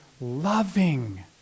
Loving